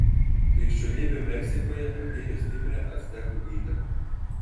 krikščionybė meksikoje patyrė stiprią actekų įtaką